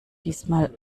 diesmal